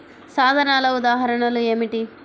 సాధనాల ఉదాహరణలు ఏమిటీ?